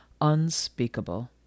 unspeakable